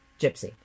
Gypsy